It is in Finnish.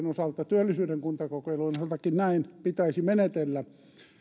osalta työllisyyden kuntakokeilujen osalta näin pitäisi menetellä